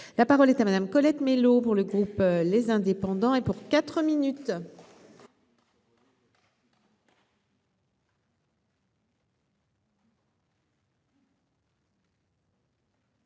la parole est à Madame Colette Mélot pour le groupe, les indépendants et pour 4 minutes.